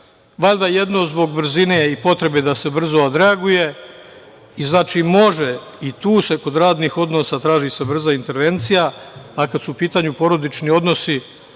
Valjda jedno zbog brzine i potrebe da se brzo odreaguje i znači može, i tu se kod radnih odnosa traži se brza intervencija, a kada su u pitanju porodični odnosi,